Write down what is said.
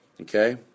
Okay